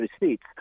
receipts